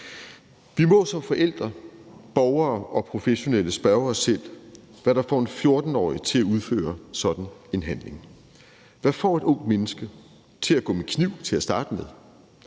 vi må som forældre, borger og professionelle spørge os selv, hvad der får en 14-årig til at udføre sådan en handling? Hvad får et ungt menneske til at gå med kniv til at starte med?